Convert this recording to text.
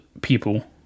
people